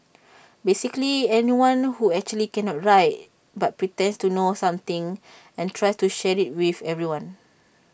basically anyone who actually cannot write but pretends to know something and tries to share IT with everyone